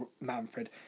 Manfred